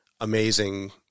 amazing